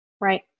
right